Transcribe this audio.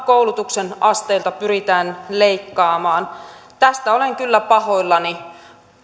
koulutuksen asteilta pyritään leikkaamaan tästä olen kyllä pahoillani